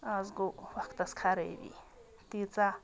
آز گوٚو وَقتَس خرٲبی تیٖژاہ